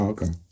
Okay